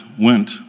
went